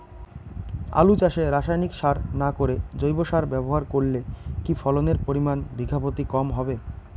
আলু চাষে রাসায়নিক সার না করে জৈব সার ব্যবহার করলে কি ফলনের পরিমান বিঘা প্রতি কম হবে?